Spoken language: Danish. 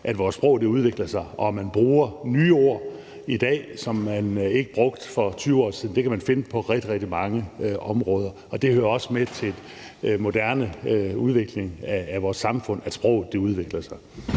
at vores sprog udvikler sig, og at man bruger nye ord i dag, som man ikke brugte for 20 år siden. Det kan man finde på rigtig, rigtig mange områder, og det hører også med til en moderne udvikling af vores samfund, at sproget udvikler sig.